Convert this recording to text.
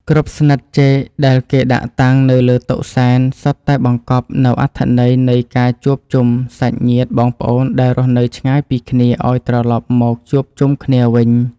គ្រប់ស្និតចេកដែលគេដាក់តាំងនៅលើតុសែនសុទ្ធតែបង្កប់នូវអត្ថន័យនៃការជួបជុំសាច់ញាតិបងប្អូនដែលរស់នៅឆ្ងាយពីគ្នាឱ្យត្រឡប់មកជួបជុំគ្នាវិញ។